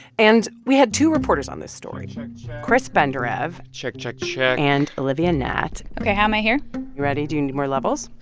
and we had two reporters on this story, chris benderev. check, check, check. and olivia natt ok, how am i here? you ready? do you need more levels?